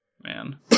Man